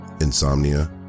insomnia